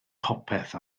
popeth